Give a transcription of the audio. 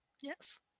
Yes